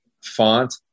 font